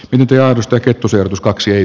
nyt ajatusta kettusen tuskaksi